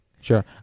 Sure